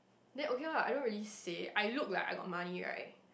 then okay lah everybody say I look like I got money right